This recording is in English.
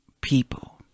people